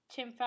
Tim